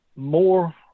More